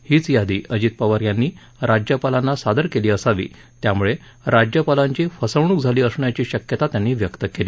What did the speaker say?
हीच यादी अजित पवार यांनी राज्यपालांना सादर केली असावी त्यामुळे राज्यपालांची फसवणूक झाली असण्याची शक्यता त्यांनी व्यक्त केली